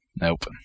Nope